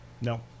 No